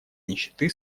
нищеты